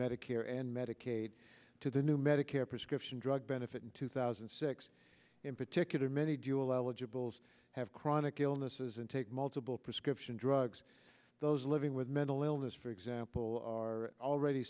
medicare and medicaid to the new medicare prescription drug benefit in two thousand and six in particular many dual eligibles have chronic illnesses and take multiple prescription drugs those living with mental illness for example are already